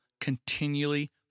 continually